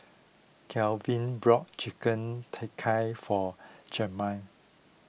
Garvin brought Chicken Tikka for Jamal